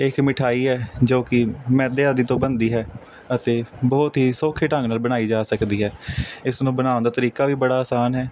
ਇਕ ਮਿਠਾਈ ਹੈ ਜੋ ਕਿ ਮੈਦੇ ਆਦਿ ਤੋਂ ਬਣਦੀ ਹੈ ਅਤੇ ਬਹੁਤ ਹੀ ਸੌਖੇ ਢੰਗ ਨਾਲ ਬਣਾਈ ਜਾ ਸਕਦੀ ਹੈ ਇਸ ਨੂੰ ਬਣਾਉਣ ਦਾ ਤਰੀਕਾ ਵੀ ਬੜਾ ਆਸਾਨ ਹੈ